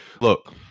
Look